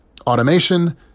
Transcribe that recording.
automation